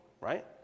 right